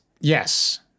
Yes